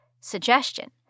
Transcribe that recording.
Suggestion